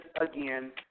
again